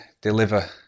deliver